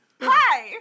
Hi